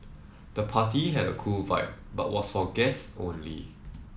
the party had a cool vibe but was for guests only